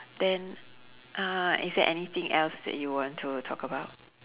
then uh is there anything else that you want to talk about